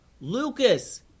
Lucas